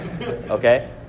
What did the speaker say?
Okay